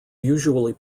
usually